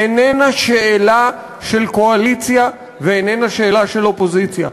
איננה שאלה של קואליציה ואיננה שאלה של אופוזיציה.